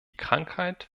krankheit